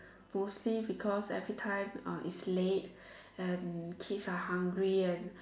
mostly because every time uh is late and kids are hungry and